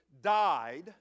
died